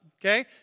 okay